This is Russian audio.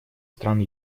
стран